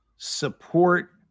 support